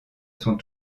sont